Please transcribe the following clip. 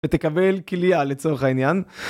ותקבל כלייה לצורך העניין.